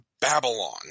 Babylon